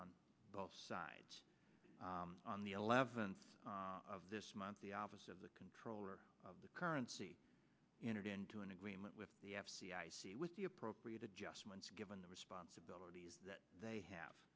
on both sides on the eleventh of this month the office of the controller of the currency entered into an agreement with the f c i see with the appropriate adjustments given the responsibilities that they have